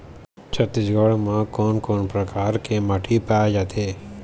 छत्तीसगढ़ म कोन कौन प्रकार के माटी पाए जाथे?